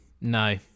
No